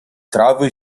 trawy